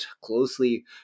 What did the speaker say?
closely